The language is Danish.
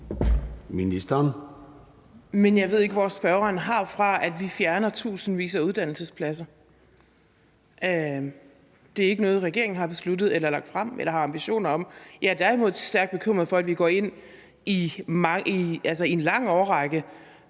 Egelund): Jeg ved ikke, hvor spørgeren har det fra, at vi fjerner tusindvis af uddannelsespladser. Det er ikke noget, regeringen har besluttet eller lagt frem eller har ambitioner om. Jeg er derimod stærkt bekymret for, at vi går ind i en lang årrække,